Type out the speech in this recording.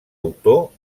autor